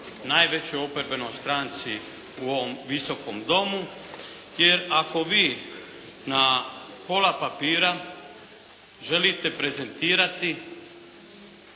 najvećoj oporbenoj stranki u ovom Visokom domu. Jer ako vi na pola papira želite prezentirati